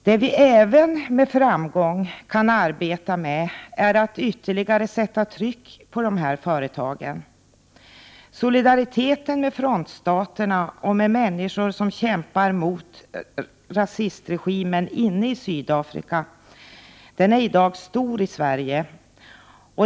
Vad vi med framgång även kan arbeta med är att ytterligare sätta tryck på dessa företag. Solidariteten med frontstaterna och med människor som kämpar mot rasistregimen inne i Sydafrika är i dag stor i Sverige.